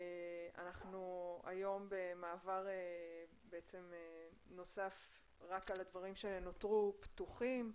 היום אנחנו במעבר נוסף רק על הדברים שנותרו פתוחים.